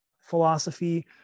philosophy